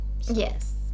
Yes